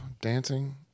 dancing